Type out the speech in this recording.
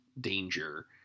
danger